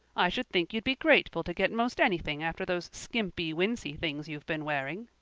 i should think you'd be grateful to get most anything after those skimpy wincey things you've been wearing.